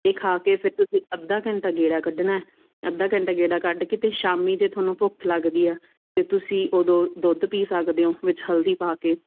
ਇਹ ਖਾ ਕੇ ਫੇਰ ਤੁਸੀਂ ਅੱਧਾ ਘੰਟਾ ਗੇੜਾ ਕੱਢਣਾ ਹੈ ਅੱਧਾ ਘੰਟਾ ਗੇੜਾ ਕੱਢ ਕੇ ਅਤੇ ਸ਼ਾਮੀ ਜੇ ਤੁਹਾਨੂੰ ਭੁੱਖ ਲੱਗਦੀ ਹੈ ਅਤੇ ਤੁਸੀਂ ਓਦੋਂ ਦੁੱਧ ਪੀ ਸਕਦੇ ਓਂ ਵਿੱਚ ਹਲਦੀ ਪਾ ਕੇ